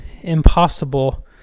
impossible